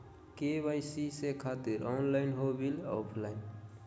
KYC से खातिर online हो बिल ऑफलाइन?